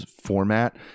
format